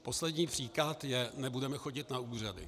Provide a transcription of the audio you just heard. Poslední příklad je nebudeme chodit na úřady.